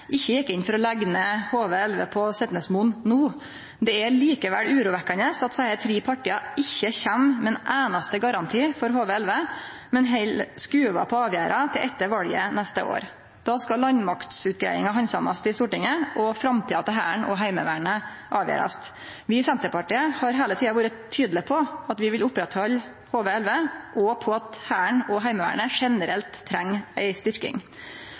ikkje gjekk inn for å leggje ned HV-11 på Setnesmoen no. Det er likevel urovekkjande at desse tre partia ikkje kjem med ein einaste garanti for HV-11, men heller skyv på avgjerda til etter valet neste år. Då skal landmaktutgreiinga handsamast i Stortinget og framtida til Hæren og Heimevernet avgjerast. Vi i Senterpartiet har heile tida vore tydelege på at vi vil føre vidare HV-11, og på at Hæren og Heimevernet generelt treng ei styrking.